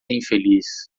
infeliz